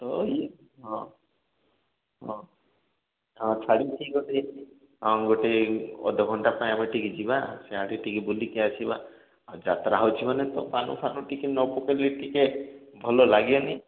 ତ ଇଏ ହଁ ହଁ ହଁ ଛାଡ଼ିଦେଇ ଗଲେ ହଁ ଗୋଟେ ଅଧଘଣ୍ଟା ପାଇଁ ଆମେ ଟିକେ ଯିବା ସିଆଡ଼େ ଟିକେ ବୁଲିକି ଆସିବା ଆଉ ଯାତ୍ରା ହେଉଛି ମାନେ ତ ପାନ ଫାନ ଟିକେ ନପକାଇଲେ ଟିକେ ଭଲ ଲାଗେନି